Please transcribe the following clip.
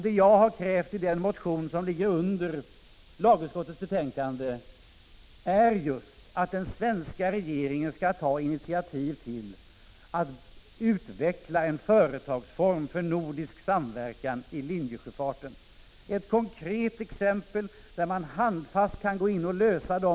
Det jag har krävt i den motion som behandlas i lagutskottets betänkande är just att den svenska regeringen skall ta initiativ till att utveckla en företagsform för nordisk samverkan i linjesjöfarten — ett konkret exempel där man handfast kan lösa de fyra fem problem som uppkommer valutarättsligt, skatterättsligt och arbetsrättsligt samt etablera kontrollmöjligheter.